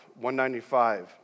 195